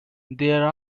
there